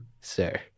sir